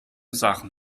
sachen